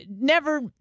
Never-